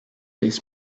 his